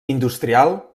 industrial